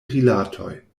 rilatoj